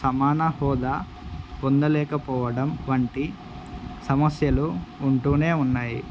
సమాన హోదా పొందలేకపోవడం వంటి సమస్యలు ఉంటూనే ఉన్నాయి